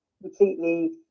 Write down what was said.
completely